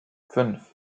fünf